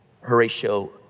Horatio